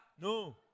No